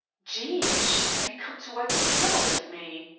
jehosh! have you come to wipe the floor with me?